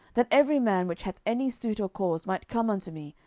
that every man which hath any suit or cause might come unto me,